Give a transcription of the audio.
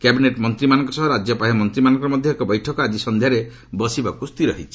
cabinet ମନ୍ତ୍ରୀମାନଙ୍କ ସହ ରାଜ୍ୟ ପାହ୍ୟା ମନ୍ତ୍ରୀମାନଙ୍କର ମଧ୍ୟ ଏକ ବୈଠକ ଆଜି ସନ୍ଧ୍ୟାରେ ବସିବାର ସ୍ଥିର ହୋଇଛି